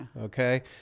okay